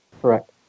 Correct